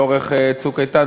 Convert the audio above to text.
לאורך "צוק איתן",